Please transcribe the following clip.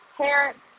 parents